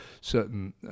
certain